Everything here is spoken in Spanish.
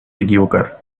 equivocar